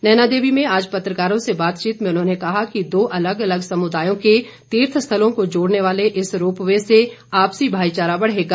नैना देवी में आज पत्रकारों से बातचीत के दौरान उन्होंने कहा कि दो अलग अलग समुदायों के तीर्थ स्थलों को जोड़ने वाले इस रोपवे से आपसी भाईचारा बढ़ेगा